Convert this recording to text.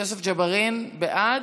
את יוסף ג'בארין, בעד,